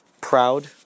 proud